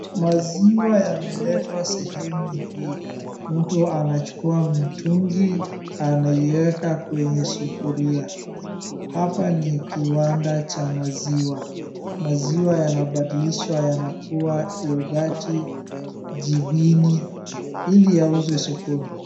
Maziwa yameletwa sehemu hii. Mtu anachukua mtungi anaiweka kwenye sufuria. Hapa ni kiwanda cha maziwa. Maziwa yanabadilishwa yanakua yogati , jibini, iliyauzwe sokoni